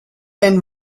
and